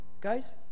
Guys